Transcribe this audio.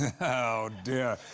oh, dear.